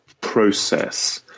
process